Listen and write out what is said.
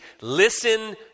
Listen